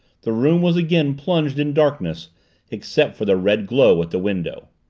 the room was again plunged in darkness except for the red glow at the window.